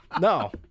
No